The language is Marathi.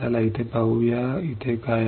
चला इथे बघूया इथे काय आहे